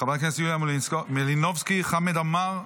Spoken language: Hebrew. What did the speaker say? חברת הכנסת מלינובסקי, חמד עמאר,